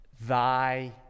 Thy